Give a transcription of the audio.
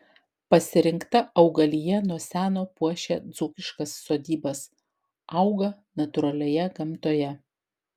pasirinkta augalija nuo seno puošia dzūkiškas sodybas auga natūralioje gamtoje